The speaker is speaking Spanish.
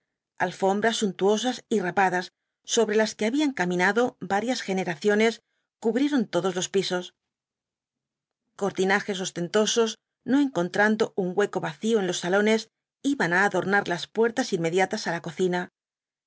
vitrinas repletas alfombras suntuosas y rapadas sobre las que habían caminado varias generaciones cubrieron todos los pisos cortinajes ostentosos no encontrando un hueco vacío en los salones iban á adornar las puertas inmediatas á la cocina